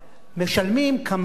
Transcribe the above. משלמים כמה אנשים.